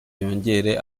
yongere